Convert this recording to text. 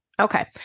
Okay